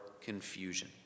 confusion